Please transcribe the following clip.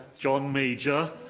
john major,